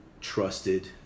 trusted